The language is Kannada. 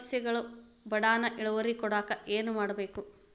ಸಸ್ಯಗಳು ಬಡಾನ್ ಇಳುವರಿ ಕೊಡಾಕ್ ಏನು ಮಾಡ್ಬೇಕ್?